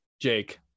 jake